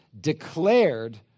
declared